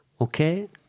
Okay